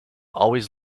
always